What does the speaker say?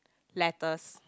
letters